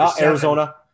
Arizona